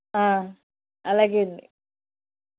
అలాగే అండి